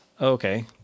okay